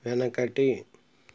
వెనకటి